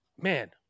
man